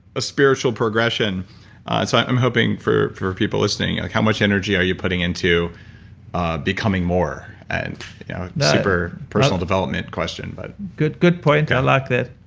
a spiritual progression, so i'm hoping for for people listening like how much energy are you putting into ah becoming more? and super personal development question but good good point, i like that